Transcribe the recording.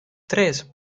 tres